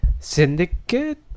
syndicate